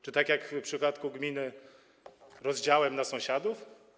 Czy tak jak w przypadku gminy - rozdziałem między sąsiadów?